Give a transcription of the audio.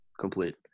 complete